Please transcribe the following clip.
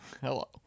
hello